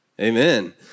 Amen